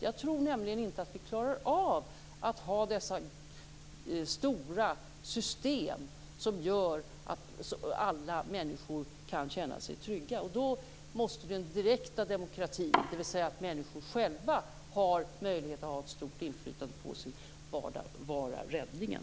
Jag tror nämligen inte att vi klarar av att ha dessa stora system som gör att alla människor kan känna sig trygga. Då måste den direkta demokratin - dvs. att människor själva får möjlighet att ha ett stort inflytande på sin vardag - vara räddningen.